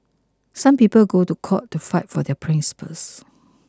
some people go to court to fight for their principles